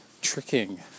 tricking